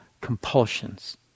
compulsions